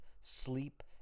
sleep